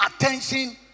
attention